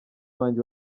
wanjye